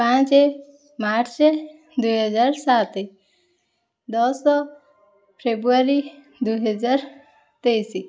ପାଞ୍ଚ ମାର୍ଚ୍ଚ ଦୁଇହଜାର ସାତ ଦଶ ଫେବୃୟାରୀ ଦୁଇହଜାର ତେଇଶ